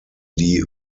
die